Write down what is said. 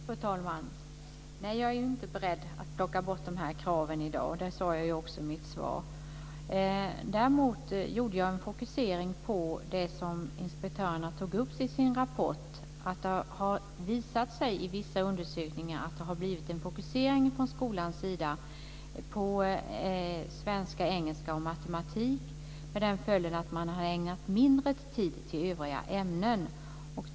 Fru talman! Nej, jag är inte beredd att plocka bort dessa krav i dag. Det sade jag också i mitt svar. Däremot fokuserade jag på det som inspektörerna tog upp i sin rapport, dvs. att vissa undersökningar har visat att det har blivit en fokusering från skolans sida på svenska, engelska och matematik, med den följden att man har ägnat mindre tid åt övriga ämnen.